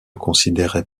considérait